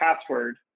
password